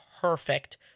perfect